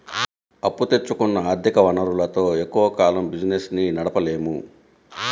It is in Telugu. అప్పు తెచ్చుకున్న ఆర్ధిక వనరులతో ఎక్కువ కాలం బిజినెస్ ని నడపలేము